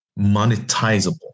monetizable